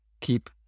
keep